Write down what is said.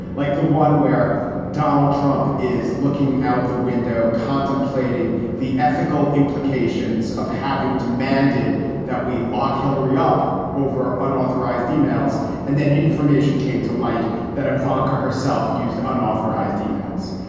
like the one where donald trump is looking out the window contemplating the ethical implications of having demanded that we lock hillary up over unauthorized emails. and then information came to light that ivanka herself used unauthorized emails.